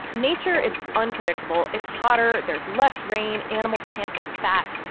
nature is unpredictable it's hotter, there's less rain, animals can't get fat.